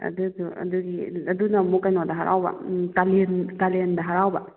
ꯑꯗꯨꯗꯣ ꯑꯗꯨꯒꯤ ꯑꯗꯨꯅ ꯑꯃꯨꯛ ꯀꯩꯅꯣꯗ ꯍꯔꯥꯎꯕ ꯀꯥꯂꯦꯟ ꯀꯥꯂꯦꯟꯗ ꯍꯔꯥꯎꯕ